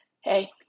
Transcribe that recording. hey